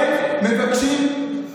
זה מה שראש הממשלה רוצה.